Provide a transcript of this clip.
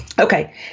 Okay